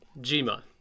Jima